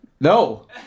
No